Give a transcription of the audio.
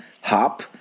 hop